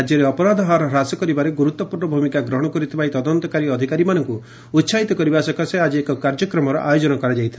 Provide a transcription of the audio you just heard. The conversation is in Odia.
ରାକ୍ୟରେ ଅପରାଧ ହାର ହ୍ରାସ କରିବାରେ ଗୁରୁତ୍ୱପୂର୍ଶ୍ଚ ଭୂମିକା ଗ୍ରହଶ କରିଥିବା ଏହି ତଦନ୍ତକାରୀ ଅଧିକାରୀମାନଙ୍କୁ ଉସାହିତ କରିବା ସକାଶେ ଆଜି ଏକ କାର୍ଯ୍ୟକ୍ରମର ଆୟୋଜନ କରାଯାଇଥିଲା